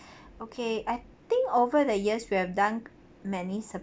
okay I think over the years we have done many